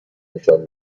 نشان